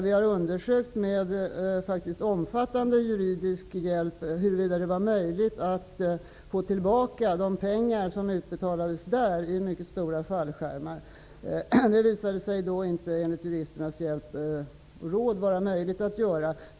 Vi har med omfattande juridisk hjälp undersökt huruvida det var möjligt att få tillbaka de pengar som utbetalades i form av mycket stora fallskärmar. Det visade sig enligt juristernas råd inte vara möjligt att göra.